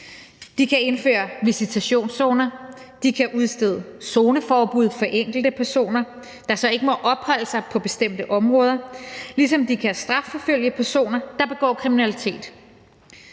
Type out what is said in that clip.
De kan indføre visitationszoner, og de kan udstede zoneforbud for enkeltpersoner, der så ikke må opholde sig på bestemte områder, ligesom de kan strafforfølge personer, der begår kriminalitet.